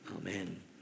Amen